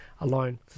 alone